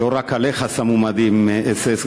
לא רק עליך שמו מדים של אס.אס.